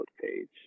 page